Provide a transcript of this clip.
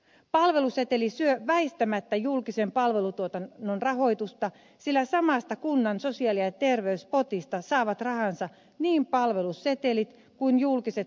palveluseteli syö väistämättä julkisen palvelutuotannon rahoitusta sillä samasta kunnan sosiaali ja terveyspotista saavat rahansa niin palvelusetelit kuin julkiset sosiaali ja terveyspalvelut